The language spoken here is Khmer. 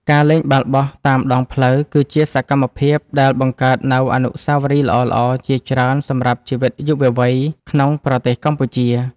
ការលេងបាល់បោះតាមដងផ្លូវ គឺជាសកម្មភាពដែលបង្កើតនូវអនុស្សាវរីយ៍ល្អៗជាច្រើនសម្រាប់ជីវិតយុវវ័យក្នុងប្រទេសកម្ពុជា។